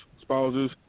spouses